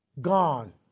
Gone